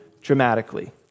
dramatically